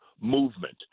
movement